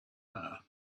her